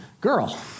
girl